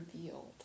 revealed